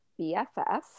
BFF